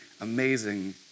amazing